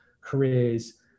careers